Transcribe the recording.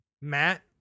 matt